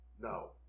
no